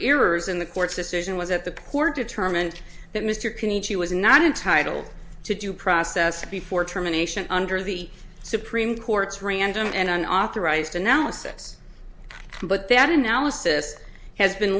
errors in the court's decision was at the court determined that mr peachey was not entitled to due process before terminations under the supreme court's random and an authorized analysis but that analysis has been